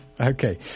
Okay